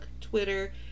Twitter